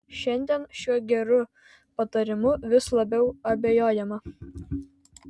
šiandien šiuo geru patarimu vis labiau abejojama